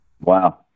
Wow